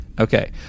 Okay